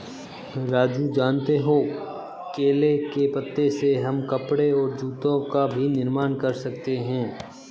राजू जानते हो केले के पत्ते से हम कपड़े और जूते का भी निर्माण कर सकते हैं